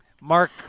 Mark